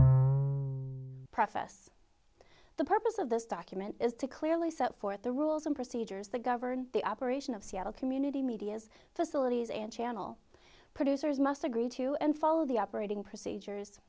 preface the purpose of this document is to clearly set forth the rules and procedures that govern the operation of seattle community media's facilities and channel producers must agree to and follow the operating procedures